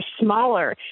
smaller